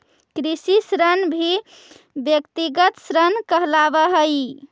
कृषि ऋण भी व्यक्तिगत ऋण कहलावऽ हई